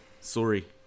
Sorry